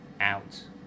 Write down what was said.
out